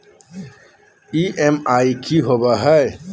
EMI की होवे है?